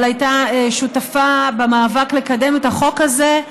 אבל הייתה שותפה במאבק לקדם את החוק הזה.